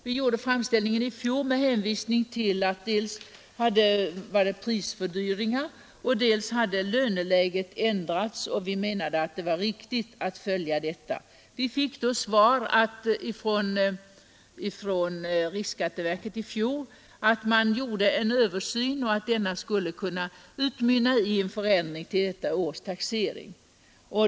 Vi gjorde framställningen i fjol med hänvisning till dels prishöjningarna, dels det ändrade löneläget. Vi fick då besked från riksskatteverket att man gjorde en översyn och att denna skulle kunna utmynna i en förändring till detta års taxering.